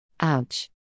Ouch